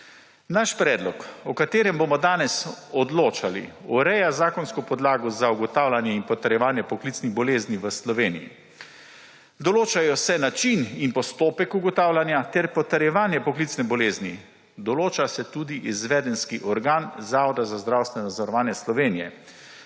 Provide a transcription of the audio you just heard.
Naš predlog, o katerem bomo danes odločali, ureja zakonsko podlago za ugotavljanje in potrjevanje poklicnih bolezni v Sloveniji. Določajo se način in postopek ugotavljanja ter potrjevanje poklicne bolezni. Določa se tudi izvedenski organ Zavoda za zdravstveno zavarovanje Slovenije,